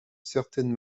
certaine